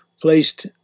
placed